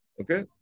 Okay